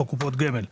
חוק קופות גמל),